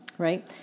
right